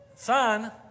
Son